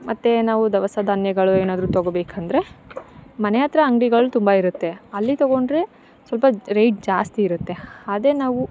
ಮತ್ತು ನಾವು ದವಸಧಾನ್ಯಗಳು ಏನಾದ್ರೂ ತಗೋಬೇಕಂದರೆ ಮನೆ ಹತ್ರ ಅಂಗ್ಡಿಗಳು ತುಂಬ ಇರುತ್ತೆ ಅಲ್ಲಿ ತಗೊಂಡರೆ ಸ್ವಲ್ಪ ರೇಟ್ ಜಾಸ್ತಿ ಇರುತ್ತೆ ಅದೇ ನಾವು